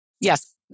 Yes